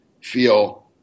feel